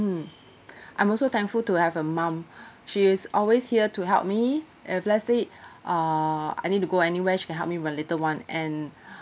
mm I'm also thankful to have a mom she is always here to help me if let's say uh I need to go anywhere she can help me when little one and